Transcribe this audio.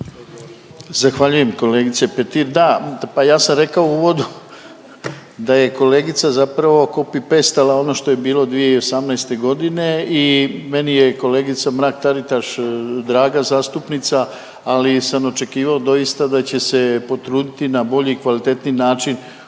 Zahvaljujem kolegice Petir, da, pa ja sam rekao u uvodu da je kolegica zapravo copy pastala ono što je bilo 2018.g. i meni je kolegica Mrak-Taritaš draga zastupnica, ali sam očekivao doista da će se potruditi na bolji i kvalitetniji način